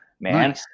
man